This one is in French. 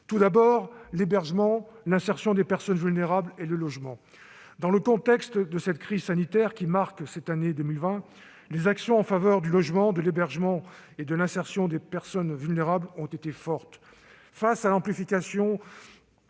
porte sur l'hébergement, l'insertion des personnes vulnérables et le logement. Dans le contexte de la crise sanitaire qui marque cette année 2020, les actions en faveur du logement, de l'hébergement et de l'insertion des personnes vulnérables ont été fortes.